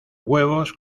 huevos